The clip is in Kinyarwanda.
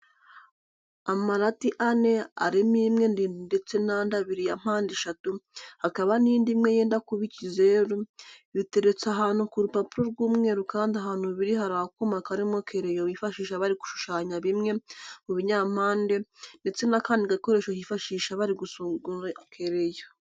Amarati ane arimo imwe ndende ndetse n'andi abiri ya mpande eshatu, hakaba n'indi imwe yenda kuba ikizeru, biteretse ahantu ku rupapuro rw'umweru kandi ahantu biri hari akuma karimo kereyo bifashisha bari kushushanya bimwe mu binyampande, ndetse n'akandi gakoresho bifashisha bari gusongora kereyo.